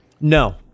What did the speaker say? No